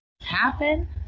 Happen